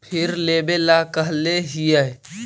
फिर लेवेला कहले हियै?